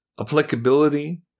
applicability